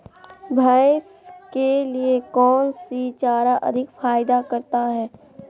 भैंस के लिए कौन सी चारा अधिक फायदा करता है?